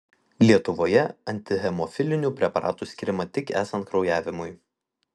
lietuvoje antihemofilinių preparatų skiriama tik esant kraujavimui